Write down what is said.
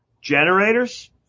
Generators